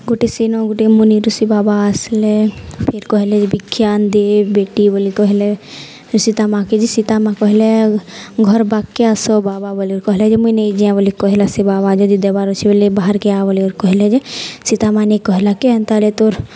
ଗୁଟେ ସେନ ଗୁଟେ ମୁନି ଋଷି ବାବା ଆସିଲେ ଫେର୍ କହିଲେ ଯେ ଭିକ୍ଷାନ୍ ଦେହି ବେଟି ବୋଲି କହିଲେ ସୀତା ମା'କେ ଯେ ସୀତା ମା' କହିଲେ ଘର ବାକେ ଆସ ବାବା ବୋଲିଲ କହିଲେ ଯେ ମୁଇଁ ନାଇଁଯାଏଁ ବୋଲି କହିଲା ସେ ବାବା ଯଦି ଦେବାର ଅଛେ ବୋ ବାହାର ଆ ବୋ କହିଲେ ଯେ ସୀତା ମା'ନେ କହିଲା କେ ହେନ୍ତା ହେଲେ ତୋର୍